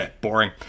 Boring